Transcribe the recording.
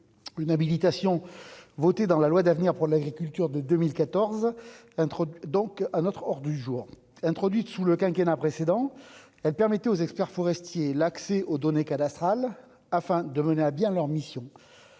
une habilitation votée dans la loi d'avenir pour l'agriculture de 2014 un truc donc à notre hors du jour introduite sous le quinquennat précédent elle permettait aux experts forestiers, l'accès aux données cadastrales afin de mener à bien leur mission,